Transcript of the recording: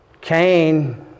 Cain